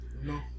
No